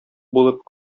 булып